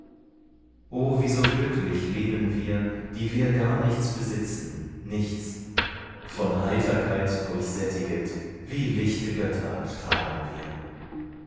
o wie so glücklich leben wir die wir gar nichts besitzen nichts von heiterkeit durchsättiget wie lichte götter strahlen wir